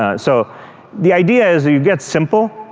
ah so the idea is that you get simple.